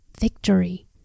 victory